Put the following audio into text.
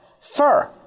fur